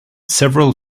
several